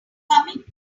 coming